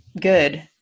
good